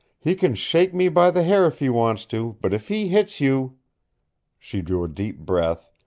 he kin shake me by the hair if he wants to. but if he hits you she drew a deep breath,